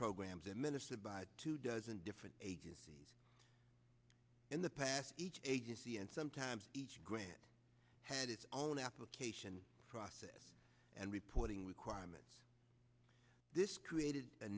programs and minister by two dozen different agencies in the past each agency and sometimes each grant had its own application process and reporting requirements this created